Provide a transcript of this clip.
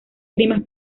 primas